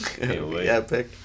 epic